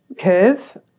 curve